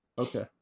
Okay